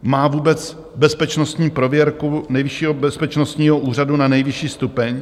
Má vůbec bezpečnostní prověrku nejvyššího bezpečnostního úřadu na nejvyšší stupeň?